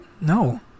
no